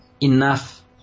enough